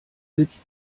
sitzt